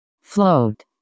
float